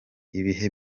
ibihe